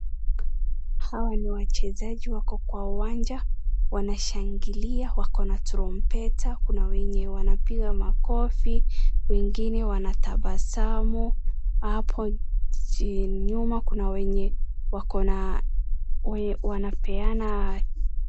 Hawa ni wachezaji wako kwa uwanja wanashangilia wako na turumbeta, kuna wenye wanapiga makofi. Wengine wanatabasamu hapo nyuma kuna wenye wako na, wanapeana.